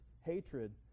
hatred